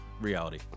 reality